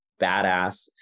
badass